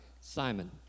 Simon